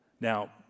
Now